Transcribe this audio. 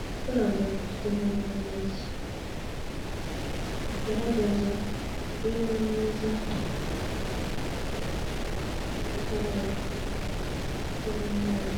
Umusaza afite inkoni mu ntoki, bigaragaza imibereho myiza y'umuryango ugizwe n'abakuze ndetse n'umwana.